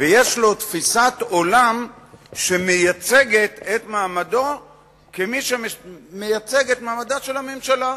ויש לו תפיסת עולם שמייצגת את מעמדו כמי שמייצג את מעמדה של הממשלה.